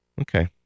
Okay